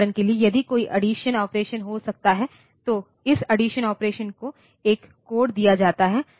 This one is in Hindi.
उदाहरण के लिए यदि कोई अड्डीसन ऑपरेशन हो सकता है तो इस अड्डीसन ऑपरेशन को एक कोड दिया जाता है